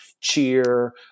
cheer